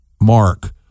mark